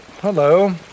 Hello